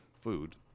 food